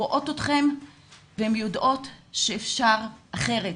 רואות אתכם והן יודעות שאפשר אחרת.